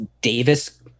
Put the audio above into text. Davis